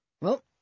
Well